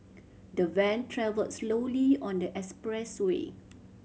the van travelled slowly on the expressway